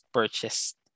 purchased